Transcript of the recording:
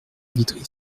vitry